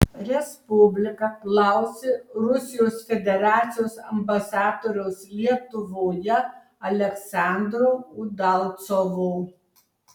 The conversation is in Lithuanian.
respublika klausė rusijos federacijos ambasadoriaus lietuvoje aleksandro udalcovo